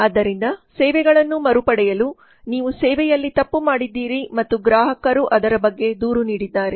ಆದ್ದರಿಂದ ಸೇವೆಗಳನ್ನು ಮರುಪಡೆಯಲು ನೀವು ಸೇವೆಯಲ್ಲಿ ತಪ್ಪು ಮಾಡಿದ್ದೀರಿ ಮತ್ತು ಗ್ರಾಹಕರು ಅದರ ಬಗ್ಗೆ ದೂರು ನೀಡಿದ್ದಾರೆ